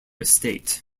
estate